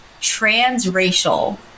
transracial